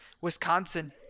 Wisconsin